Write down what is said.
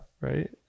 right